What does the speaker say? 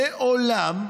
מעולם,